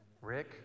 Rick